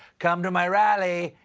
come to my rally.